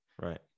Right